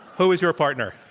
who is your partner?